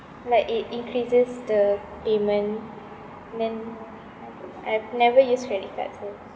like it increases the payment then I've never used credit cards so